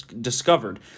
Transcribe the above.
discovered